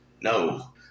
No